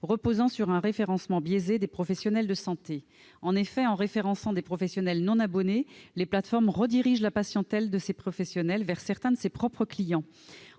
reposant sur un référencement biaisé des professionnels de santé. En effet, en référençant des professionnels non abonnés, les plateformes redirigent la patientèle de ces professionnels vers certains de leurs propres clients.